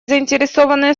заинтересованные